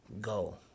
Go